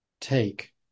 take